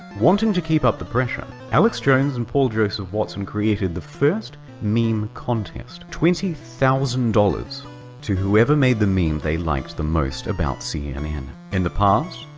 wanting to keep up the pressure, alex jones and paul joseph watson created the first meme contest. twenty thousand dollars to whoever made the meme they liked the most about cnn. in the past,